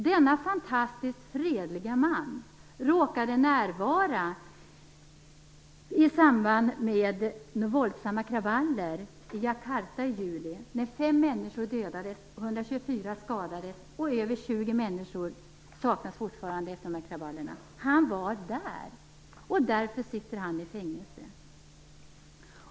Denna fantastiskt fredliga man råkade närvara i samband med våldsamma kravaller i Jakarta i juli, när 5 människor dödades och 124 skadades. Över 20 människor saknas fortfarande. Han var där. Därför sitter han i fängelse.